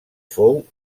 fou